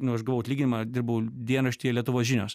nu aš gavau atlyginimą dirbau dienraštyje lietuvos žinios